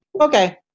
Okay